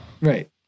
Right